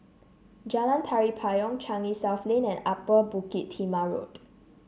Jalan Tari Payong Changi South Lane and Upper Bukit Timah Road